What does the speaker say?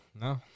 no